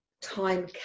time